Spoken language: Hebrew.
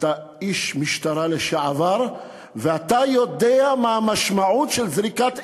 אתה איש משטרה לשעבר ואתה יודע מה המשמעות של זריקת אבן.